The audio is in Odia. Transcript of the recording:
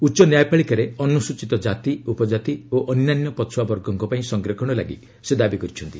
ଉଚ୍ଚ ନ୍ୟାୟପାଳିକାରେ ଅନୁସ୍ଚିତ କାତି ଉପକାତି ଓ ଅନ୍ୟାନ୍ୟ ପଛୁଆବର୍ଗଙ୍କ ପାଇଁ ସଂରକ୍ଷଣ ଲାଗି ସେ ଦାବି କରିଛନ୍ତି